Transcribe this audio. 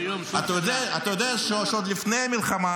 --- אתה יודע שעוד לפני המלחמה